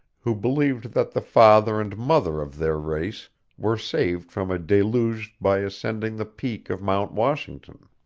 who believed that the father and mother of their race were saved from a deluge by ascending the peak of mount washington.